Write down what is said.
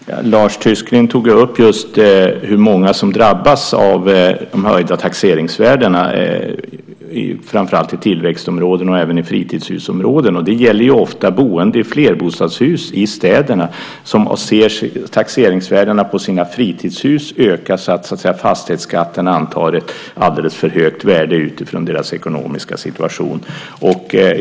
Herr talman! Lars Tysklind tog upp just hur många som drabbas av de höjda taxeringsvärdena, framför allt i tillväxtområden och även i fritidshusområden. Det gäller ofta boende i flerbostadshus i städerna som ser taxeringsvärdena på sina fritidshus öka så att fastighetsskatten antar ett alldeles för högt värde utifrån deras ekonomiska situation.